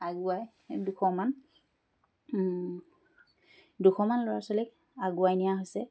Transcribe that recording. আগুৱাই দুশমান দুশমান ল'ৰা ছোৱালীক আগুৱাই নিয়া হৈছে